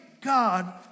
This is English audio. God